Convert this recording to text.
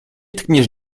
tkniesz